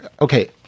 okay